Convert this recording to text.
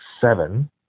seven